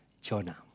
Jonah